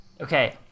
Okay